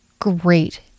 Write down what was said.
great